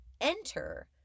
enter